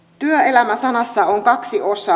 työelämä sanassa on kaksi osaa